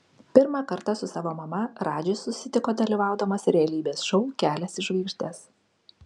pirmą kartą su savo mama radžis susitiko dalyvaudamas realybės šou kelias į žvaigždes